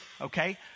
okay